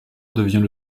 devient